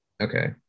Okay